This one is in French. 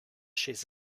chez